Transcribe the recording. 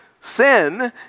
Sin